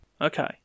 Okay